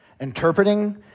interpreting